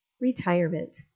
Retirement